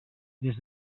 des